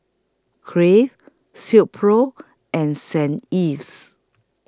Crave Silkpro and Saint Ives